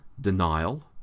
Denial